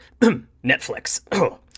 netflix